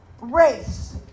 race